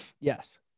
Yes